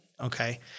Okay